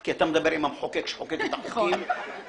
כי אתה עם המחוקק שחוקק את החוקים הכי ------ אוקיי.